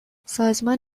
سازمان